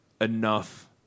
enough